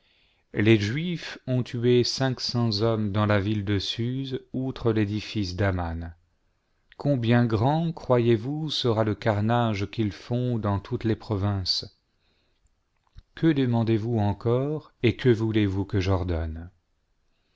les juifs ont tué cinq cents hommes dans la ville de suse outre les dix fils d'aman combien grand croyez-vous sera le carnage f qu'ils font dans toutes les provinces r que demandez vous encore et que voulez vous que j'ordonne